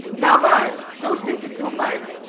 now, mind, don't take it till night.